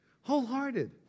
wholehearted